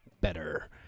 better